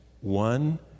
one